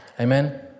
Amen